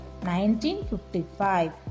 1955